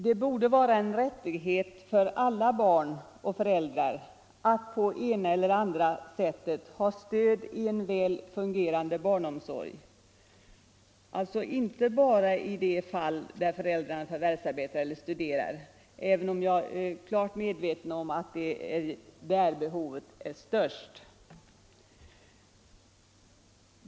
Det borde vara en rättighet för alla barn och alla föräldrar att på ena eller andra sättet ha stöd i en väl fungerande barnomsorg, alltså inte bara i de fall där föräldrarna förvärvsarbetar eller studerar, även om jag är medveten om att behoven där är störst.